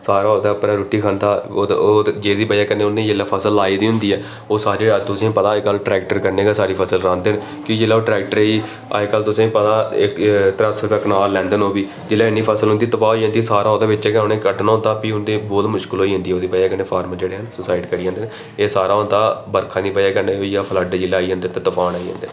सारा ओह्दे उप्पर गै रुट्टी खंदा जेह्दी बजह कन्नै उन्नै जेह्ड़ी फसल लाई दी होंदी ऐ ओह् सारे तुसें गी पता गै अजकल ट्रैक्टर कन्नै गै सारी फसल रांह्दे ते जिसलै ट्रैक्टर गी अजकल तुसें ई पता ऐ त्रै सौ रपेआ कनाल लैंदे न अजकल उब्भी जिसलै इन्नी फसल उंदी तबाह् होई जंदी सारा ओह्दे बिच गै उनें कट्टना होंदा फ्ही बहुत मुश्कल होई जंदी उ'नें गी फार्मर जेह्ड़े न सूसाइड करी जंदे न